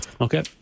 Okay